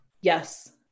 Yes